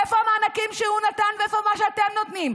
איפה המענקים שהוא נתן ואיפה מה שאתם נותנים?